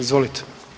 Izvolite.